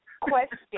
question